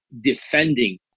defending